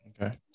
okay